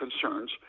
concerns